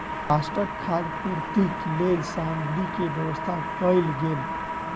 राष्ट्रक खाद्य पूर्तिक लेल सामग्री के व्यवस्था कयल गेल